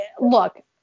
Look